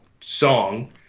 song